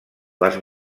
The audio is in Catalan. les